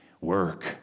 work